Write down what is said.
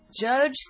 Judge